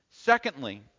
Secondly